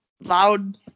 loud